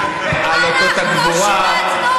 אתה שמאל.